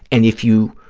and if you